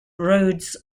rhodes